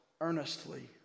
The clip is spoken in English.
earnestly